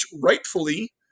rightfully